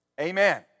Amen